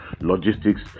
logistics